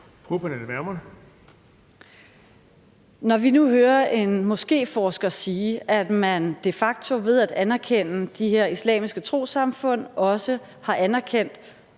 Når vi nu hører en moskéforsker sige, at man de facto ved at anerkende de her islamiske trossamfund også har anerkendt